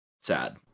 sad